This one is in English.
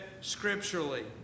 scripturally